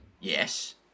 Yes